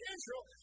Israel